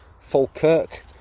Falkirk